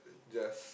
just